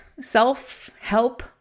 self-help